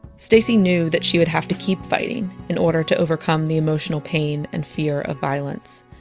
stacie knew that she would have to keep fighting in order to overcome the emotional pain and fear of violence.